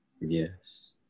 Yes